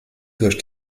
durch